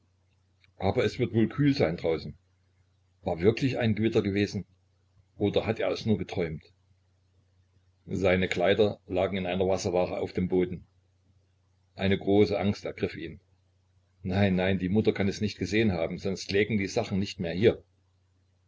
aber es wird wohl kühl sein draußen war wirklich ein gewitter gewesen oder hat er es nur geträumt seine kleider lagen in einer wasserlache auf dem boden eine große angst ergriff ihn nein nein die mutter kann es nicht gesehen haben sonst lägen die sachen nicht hier